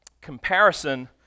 Comparison